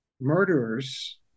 murderers